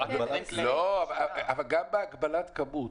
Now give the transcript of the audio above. גם בהגבלת כמות,